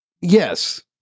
Yes